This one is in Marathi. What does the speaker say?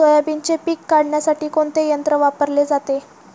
सोयाबीनचे पीक काढण्यासाठी कोणते यंत्र वापरले जाते?